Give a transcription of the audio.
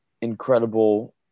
incredible